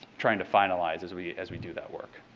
trying to finalize as we as we do that work.